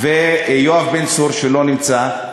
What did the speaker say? ויואב בן צור, שלא נמצא,